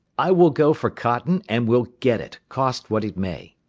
i will go for cotton, and will get it, cost what it may.